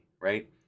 right